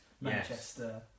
Manchester